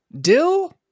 dill